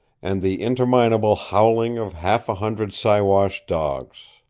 and the interminable howling of half a hundred siwash dogs.